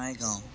Bongaigaon